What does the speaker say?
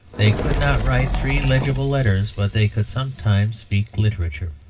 they could not write three legible letters, but they could sometimes speak literature.